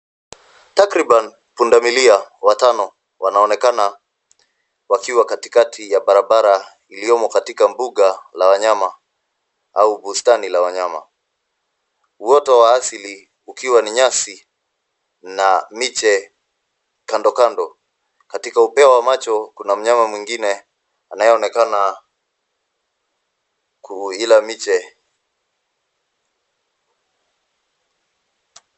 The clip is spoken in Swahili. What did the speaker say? Takriban punda mili watano wanaonekana wakiwa katikati ya barabara iliyomo katika mbuga la wanyama au bustani la wanyama wote wa asili ukiwa ni nyasi na miche kando kando. Katika upe wa macho kuna mnyama mwingine anayeonekana kuila miche.